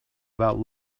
about